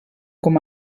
com